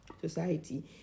society